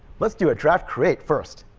let's do a draft create first.